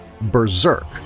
Berserk